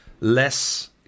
less